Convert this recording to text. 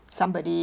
somebody